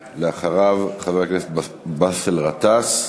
אחריו, חבר הכנסת באסל גטאס.